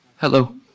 Hello